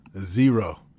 Zero